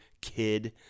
kid